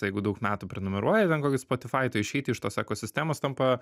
jeigu daug metų prenumeruoji ten kokį spotify tai išeiti iš tos ekosistemos tampa